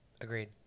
agreed